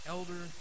Elder